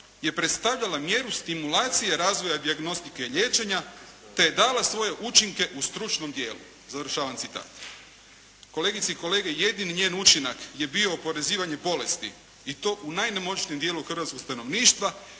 je predstavljala mjeru stimulacije razvoja dijagnostike i liječenja te je dala svoje učinke u stručnom dijelu" završavam citat. Kolegice i kolege! Jedini njen učinak je bio oporezivanje bolesti i to u najnemoćnijem dijelu hrvatskog stanovništva.